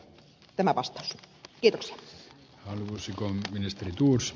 tämä vastaus idässä on uusi kolme ministerietuus